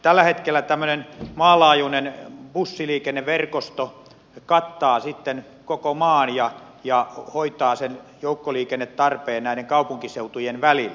tällä hetkellä tämmöinen maanlaajuinen bussiliikenneverkosto kattaa koko maan ja hoitaa sen joukkoliikennetarpeen näiden kaupunkiseutujen välillä